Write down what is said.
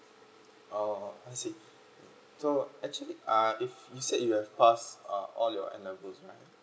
uh I see so actually uh if you said you have passed uh O level N levels right